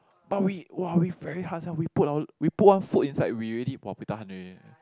but we !wah! we very hard sia we put our we put one foot inside we already !wah! buay tahan leh